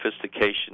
sophistication